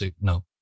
No